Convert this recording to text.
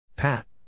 Pat